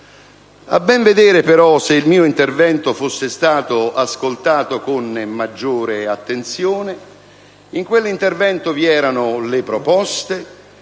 A ben vedere, se il mio intervento fosse stato ascoltato con maggiore attenzione, quell'intervento conteneva le proposte